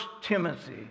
Timothy